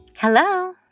Hello